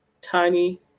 tiny